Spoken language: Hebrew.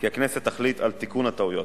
כי הכנסת תחליט על תיקון הטעויות.